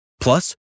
Plus